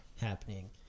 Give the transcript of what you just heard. happening